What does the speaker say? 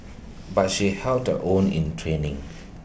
but she held her own in training